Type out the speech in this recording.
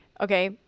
Okay